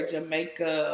Jamaica